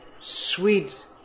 sweet